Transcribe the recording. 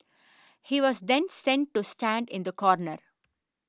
he was then sent to stand in the corner